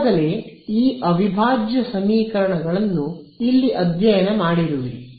ಈಗಾಗಲೇ ಈ ಅವಿಭಾಜ್ಯ ಸಮೀಕರಣಗಳನ್ನು ಇಲ್ಲಿ ಅಧ್ಯಯನ ಮಾಡಿರುವಿರಿ